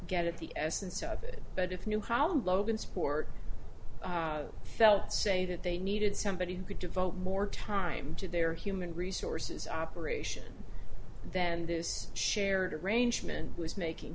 get at the essence of it but if knew how logansport felt say that they needed somebody who could devote more time to their human resources operation than this shared arrangement was making